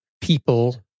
people